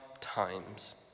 times